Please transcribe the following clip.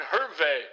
Herve